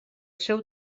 seu